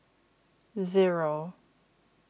zero